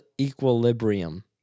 Equilibrium